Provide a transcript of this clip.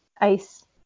ice